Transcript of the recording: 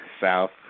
South